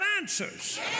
answers